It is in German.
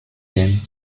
dem